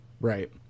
Right